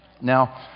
Now